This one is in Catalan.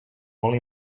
molt